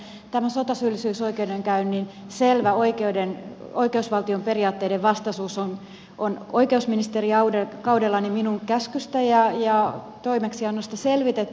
varsinaisessa puheenvuorossa tarkemmin mutta tämä sotasyyllisyysoikeudenkäynnin selvä oikeusvaltion periaatteiden vastaisuus on oikeusministerikaudellani minun käskystä ja toimeksiannosta selvitetty